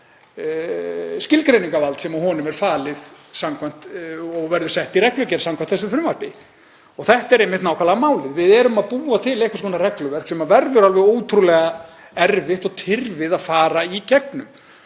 skilgreiningarvald sem honum er falið og verður sett í reglugerð samkvæmt þessu frumvarpi. Þetta er nákvæmlega málið. Við erum að búa til einhvers konar regluverk sem verður alveg ótrúlega erfitt og tyrfið að fara í gegnum.